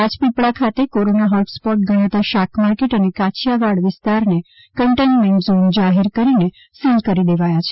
રાજપીપળા ખાતે corona hotspot ગણાતા શાકમાર્કેટ અને કાછીયાવાડ વિસ્તારને કન્ટેનમેન્ટ ઝોન જાહેર કરીને સીલ કરી દેવાયા છે